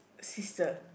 sister